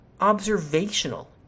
observational